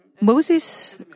Moses